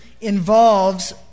involves